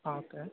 ஆ okay